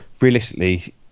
realistically